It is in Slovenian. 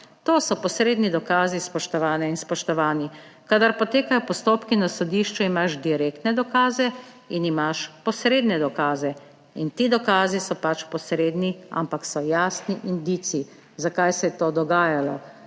To so posredni dokazi, spoštovane in spoštovani! Kadar potekajo postopki na sodišču, imaš direktne dokaze in imaš posredne dokaze in ti dokazi so pač posredni, ampak so jasni indici, zakaj se je to dogajalo,